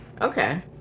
Okay